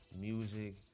music